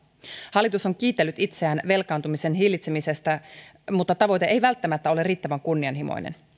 hallitus on kiitellyt itseään velkaantumisen hillitsemisestä mutta tavoite ei välttämättä ole riittävän kunnianhimoinen